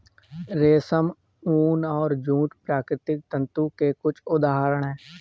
रेशम, ऊन और जूट प्राकृतिक तंतु के कुछ उदहारण हैं